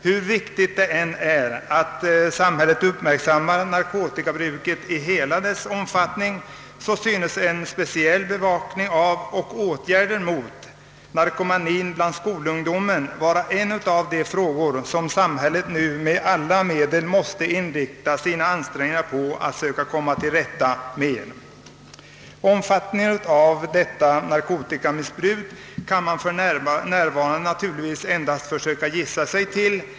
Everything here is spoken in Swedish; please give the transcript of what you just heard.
Hur viktigt det än är att samhället uppmärksammar narkotikabruket i hela dess omfattning synes en speciell bevakning av och åtgärder mot narkomanien bland skolungdomen vara en av de frågor, som samhället nu med alla medel måste inrikta sina ansträngningar på att komma till rätta med. Omfattningen av detta narkotikamissbruk kan man för närvarande naturligtvis endast försöka att gissa sig till.